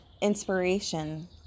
inspiration